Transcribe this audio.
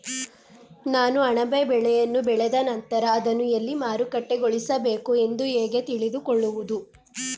ನಾನು ಅಣಬೆ ಬೆಳೆಯನ್ನು ಬೆಳೆದ ನಂತರ ಅದನ್ನು ಎಲ್ಲಿ ಮಾರುಕಟ್ಟೆಗೊಳಿಸಬೇಕು ಎಂದು ಹೇಗೆ ತಿಳಿದುಕೊಳ್ಳುವುದು?